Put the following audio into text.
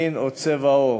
מין או צבע עור.